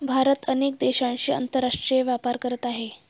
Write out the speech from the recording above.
भारत अनेक देशांशी आंतरराष्ट्रीय व्यापार करत आहे